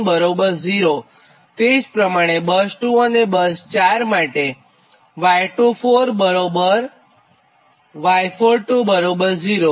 તે જ પ્રમાણે બસ 2 અને 4 માટે Y24Y420